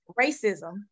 racism